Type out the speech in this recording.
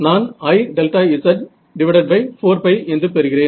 நான் IΔz4π என்று பெறுகிறேன்